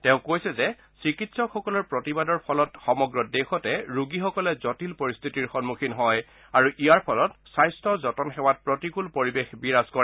তেওঁ কৈছে যে চিকিৎসকসকলৰ প্ৰতিবাদৰ ফলত সমগ্ৰ দেশতে ৰোগীসকলে জটিল পৰিস্থিতিৰ সমুখীন হয় আৰু ইয়াৰ ফলত স্বাস্থ যতন সেৱাত প্ৰতিকূল পৰিৱেশ বিৰাজ কৰে